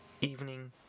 evening